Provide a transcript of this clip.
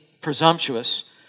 presumptuous